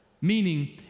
Meaning